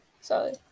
sorry